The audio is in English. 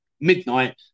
midnight